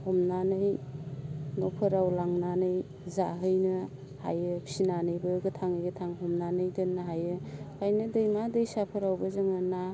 हमनानै न'फोराव लांनानै जाहैनो हायो फिनानैबो गोथाङै गोथां हमनानै दोननो हायो ओंखायनो दैमा दैसाफोरावबो जोङो ना